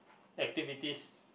activities